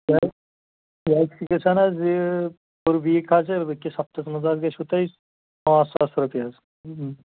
یہِ حظ یہِ حظ چھُ گَژھان حظ یہِ فُل ویٖک ہا کہِ أکِس ہفتَس مَنٛز حظ گَژھوٕ تۄہہِ پٲنٛژھ ساس رۄپیہِ حظ